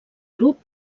grup